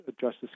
Justice